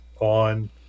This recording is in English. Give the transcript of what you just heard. on